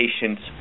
patients